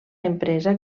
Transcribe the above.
empresa